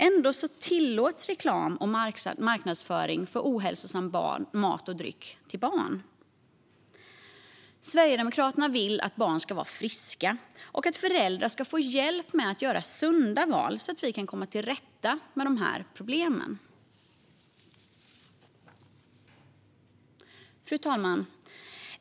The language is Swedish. Ändå tillåts reklam och marknadsföring för ohälsosam mat och dryck till barn. Sverigedemokraterna vill att barn ska vara friska och att föräldrar ska få hjälp med att göra sunda val så att vi kan komma till rätta med de här problemen. Fru talman!